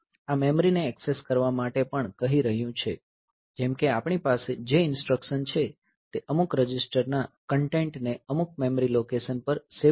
આ મેમરીને એક્સેસ કરવા માટે પણ કહી રહ્યું છે જેમ કે આપણી પાસે જે ઈન્સ્ટ્રકશન છે તે અમુક રજિસ્ટરના કન્ટેન્ટ ને અમુક મેમરી લોકેશન પર સેવ કરવાની છે